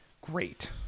great